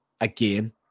again